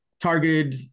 targeted